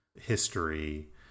history